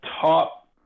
top